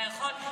אתה יכול?